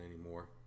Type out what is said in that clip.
anymore